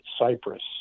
Cyprus